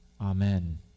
Amen